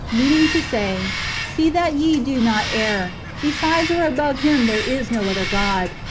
meaning to say see that ye do not err besides or above him there is no other god,